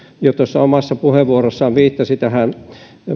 jo tuossa omassa puheenvuorossaan viittasi tähän